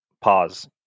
Pause